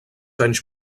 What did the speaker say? anys